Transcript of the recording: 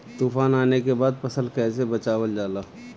तुफान आने के बाद फसल कैसे बचावल जाला?